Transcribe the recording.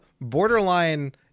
borderline